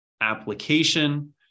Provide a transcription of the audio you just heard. application